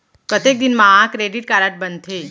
कतेक दिन मा क्रेडिट कारड बनते?